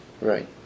Right